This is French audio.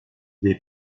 des